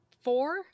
Four